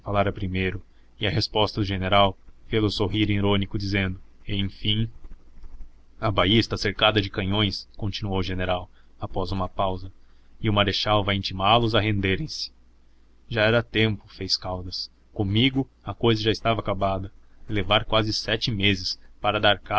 falara primeiro e a resposta do general fê-lo sorrir irônico dizendo enfim a baía está cercada de canhões continuou o general após uma pausa e o marechal vai intimá los a renderem se já era tempo fez caldas comigo a cousa já estava acabada levar quase sete meses para dar